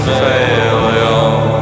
failure